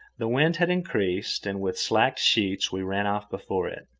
the wind had increased, and with slacked sheets we ran off before it.